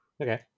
Okay